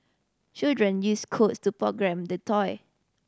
children used codes to program the toy